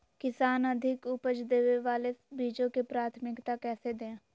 किसान अधिक उपज देवे वाले बीजों के प्राथमिकता कैसे दे?